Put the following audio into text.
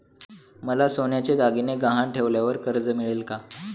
मला सोन्याचे दागिने गहाण ठेवल्यावर कर्ज मिळेल का?